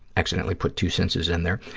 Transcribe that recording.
accidentally put two sinces in there,